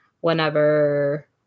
whenever